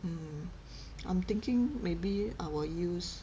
mm I'm thinking maybe I will use